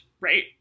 right